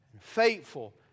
faithful